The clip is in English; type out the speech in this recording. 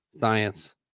science